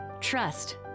Trust